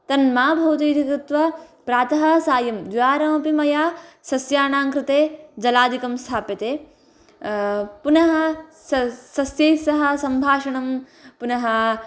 तन्माभवतु इति कृत्वा प्रातः सायं द्विवारमपि मया सस्यानां कृते जलादिकं स्थाप्यते पुनः स सस्यैः सह सम्भाषणं पुनः